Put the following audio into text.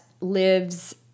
lives